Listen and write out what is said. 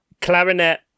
Clarinet